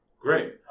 great